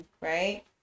Right